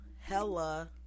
hella